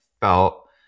felt